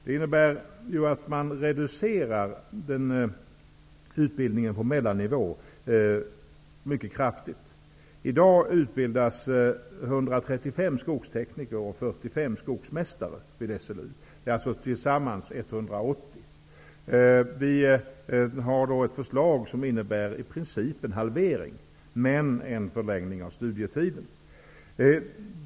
Det innebär att man mycket kraftigt reducerar utbildningen på mellannivå. I dag utbildas 135 skogstekniker och 45 skogsmästare vid SLU. Det är alltså tillsammans 180 personer. Vi har ett förslag som i princip innebär en halvering men en förlängning av studietiden.